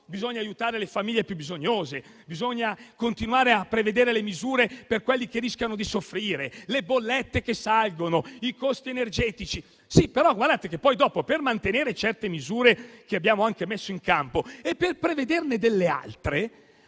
bisogna aiutare le famiglie più bisognose, che bisogna continuare a prevedere le misure per quelli che rischiano di soffrire, le bollette che salgono, i costi energetici... sì, però dopo, per mantenere certe misure che abbiamo messo in campo e per prevederne delle altre,